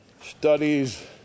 studies